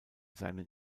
seinen